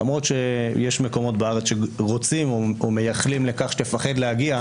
למרות שיש מקומות בארץ שרוצים או מייחלים לכך שתפחד להגיע,